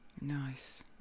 nice